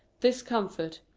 discomfort,